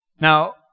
Now